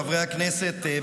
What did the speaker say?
חברי הכנסת,